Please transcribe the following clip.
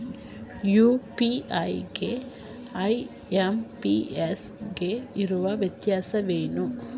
UPI ಗು IMPS ಗು ಇರುವ ವ್ಯತ್ಯಾಸವೇನು?